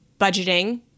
budgeting